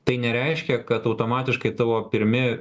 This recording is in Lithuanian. tai nereiškia kad automatiškai tavo pirmi